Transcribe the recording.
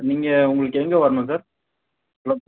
நீங்கள் உங்களுக்கு எங்கே வரணும் சார் ஹலோ